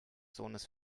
sohnes